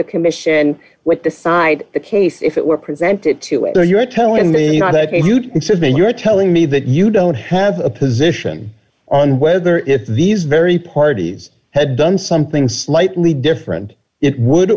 the commission with decide the case if it were presented to whether you're telling me you're telling me that you don't have a position on whether if these very parties had done something slightly different it would